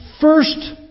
first